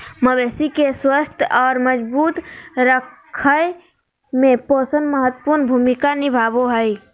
मवेशी के स्वस्थ और मजबूत रखय में पोषण महत्वपूर्ण भूमिका निभाबो हइ